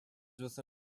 within